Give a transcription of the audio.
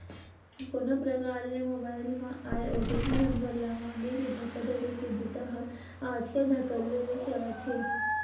कोनो परकार ले मोबईल म आए ओ.टी.पी नंबर ल मांगके धोखाघड़ी के बूता ह आजकल धकल्ले ले चलत हे